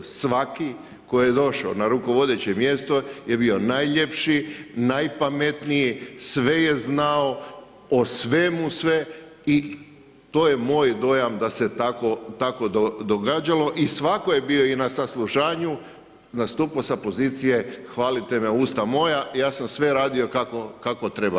Svaki koji je došao na rukovodeće mjesto je bio najljepši, najpametniji, sve je znao, o svemu sve i to je moj dojam da se tako događalo i svatko je bio i na saslušanju na stupu sa pozicije hvalite me usta moja, ja sam sve radio kako treba.